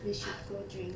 we should go drink